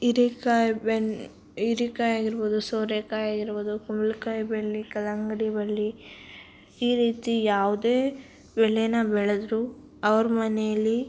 ಹೀರೇಕಾಯ್ ಬೆನ್ ಹೀರೇಕಾಯ್ ಆಗಿರ್ಬೋದು ಸೋರೇಕಾಯಿ ಆಗಿರ್ಬೋದು ಕುಂಬ್ಳಕಾಯಿ ಬಳ್ಳಿ ಕಲ್ಲಂಗಡಿ ಬಳ್ಳಿ ಈ ರೀತಿ ಯಾವುದೇ ಬೆಳೇನ ಬೆಳೆದರೂ ಅವ್ರ ಮನೇಲ್ಲಿ